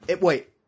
Wait